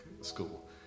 school